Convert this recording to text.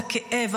הכאב,